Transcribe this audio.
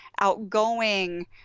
outgoing